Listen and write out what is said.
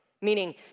meaning